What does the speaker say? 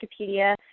wikipedia